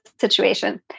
situation